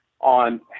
on